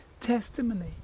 testimony